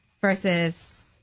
versus